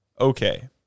okay